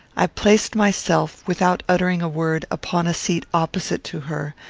i placed myself, without uttering a word, upon a seat opposite to her,